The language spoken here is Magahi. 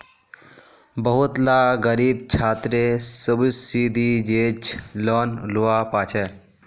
बहुत ला ग़रीब छात्रे सुब्सिदिज़ेद लोन लुआ पाछे